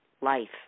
life